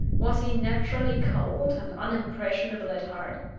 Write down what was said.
was he naturally cold and unimpressible at heart?